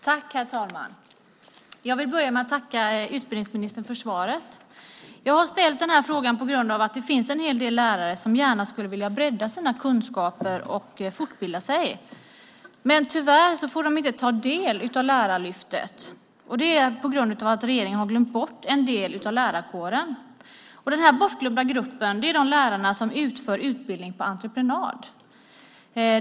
Herr talman! Jag vill börja med att tacka utbildningsministern för svaret. Jag har ställt den här frågan på grund av att det finns en hel del lärare som gärna skulle vilja bredda sina kunskaper och fortbilda sig men som tyvärr inte får ta del av Lärarlyftet på grund av att regeringen har glömt bort en del av lärarkåren. Den här bortglömda gruppen är de lärare som utför utbildning på entreprenad.